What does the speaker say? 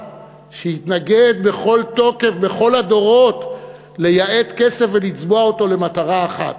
שהתנגד בכל תוקף בכל הדורות לייעד כסף ולצבוע אותו למטרה אחת.